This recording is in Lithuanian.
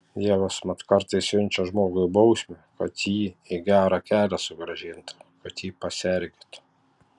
dievas mat kartais siunčia žmogui bausmę kad jį į gerą kelią sugrąžintų kad jį persergėtų